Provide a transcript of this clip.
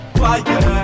fire